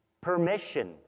permission